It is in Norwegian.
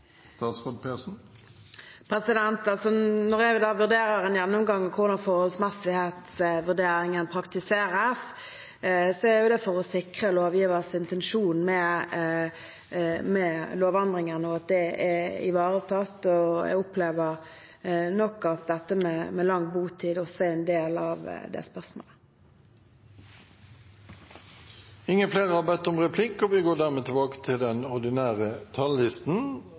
vurderer en gjennomgang av hvordan forholdsmessighetsvurderingen praktiseres, er det for å sikre lovgivers intensjon med lovendringen og at den er ivaretatt. Jeg opplever nok at dette med lang botid også er en del av det spørsmålet. Flere har ikke bedt om replikk.